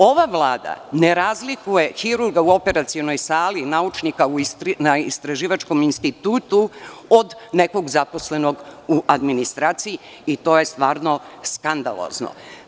Ova Vlada ne razlikuje hirurga u operacionoj sali, naučnika na istraživačkom institutu od nekog zaposlenog u administraciji i to je stvarno skandalozno.